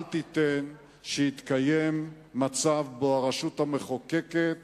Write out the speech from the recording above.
אל תיתן שיתקיים מצב שבו הרשות המחוקקת